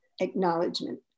acknowledgement